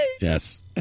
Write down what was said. Yes